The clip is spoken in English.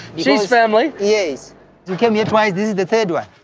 she's family? yes. we came here twice, this is the third one.